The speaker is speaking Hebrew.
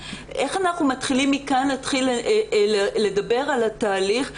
איך אנחנו מתחילים מכאן לדבר על התהליך?